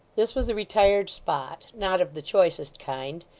this was a retired spot, not of the choicest kind,